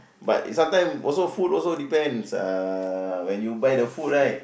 but it sometime also food also depends uh when you buy the food right